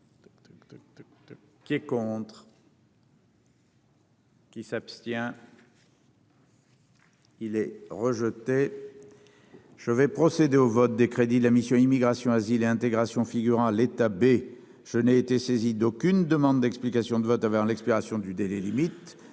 Qui est contre. Qui s'abstient. Il est rejeté, je vais procéder au vote des crédits de la mission Immigration, asile et intégration figurant à l'état B je n'ai été saisi d'aucune demande d'explication de vote avant l'expiration du délai limite